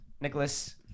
Nicholas